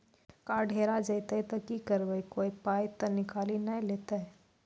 Card हेरा जइतै तऽ की करवै, कोय पाय तऽ निकालि नै लेतै?